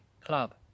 club